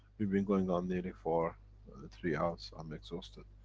we've been going on nearly for three hours. i'm exhausted.